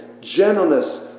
gentleness